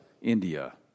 India